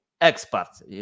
experts